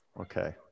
Okay